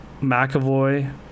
McAvoy